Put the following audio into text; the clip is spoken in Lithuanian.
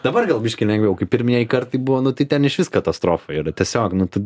dabar gal biškį lengviau kai pirmieji kartai buvo nu tai ten išvis katastrofa yra tiesiog nu tu